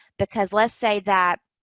because let's say that